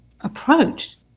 approach